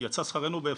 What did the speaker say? - יצא שכרנו בהפסדנו.